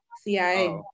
CIA